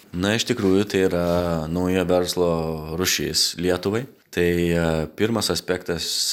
na iš tikrųjų tai yra nauja verslo rūšis lietuvai tai pirmas aspektas